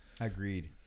agreed